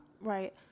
Right